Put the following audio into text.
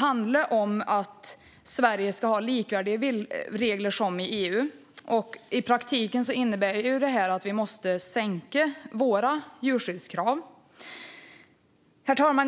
handlade om att Sverige ska ha regler som är likvärdiga med EU:s regler. I praktiken innebär detta att vi måste sänka våra djurskyddskrav. Herr talman!